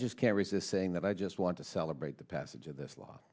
just can't resist saying that i just want to celebrate the passage of this law